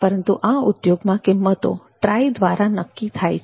પરંતુ આ ઉદ્યોગમાં કિંમતો TRAI દ્વારા નિયંત્રિત થાય છે